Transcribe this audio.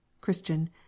Christian